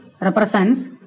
represents